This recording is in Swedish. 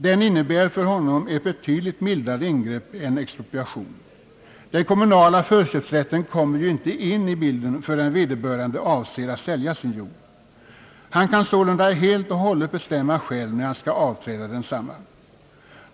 Den innebär för honom ett betydligt mildare ingrepp än expropriation, Den kommunala förköpsrätten kommer ju inte in i bilden förrän vederbörande avser att sälja sin jord. Han skall sålunda helt och hållet själv bestämma när han skall avträda densamma.